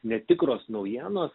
netikros naujienos